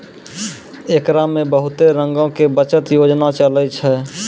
एकरा मे बहुते रंगो के बचत योजना चलै छै